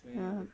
mm